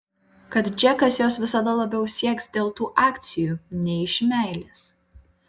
kad džekas jos visada labiau sieks dėl tų akcijų nei iš meilės